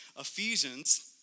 Ephesians